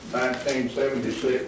1976